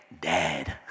Dad